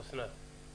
אוסנת.